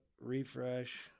Refresh